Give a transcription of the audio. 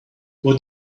what